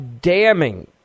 damning